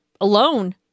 alone